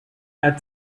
had